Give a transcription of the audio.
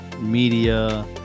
media